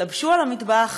הם התלבשו על המטבח,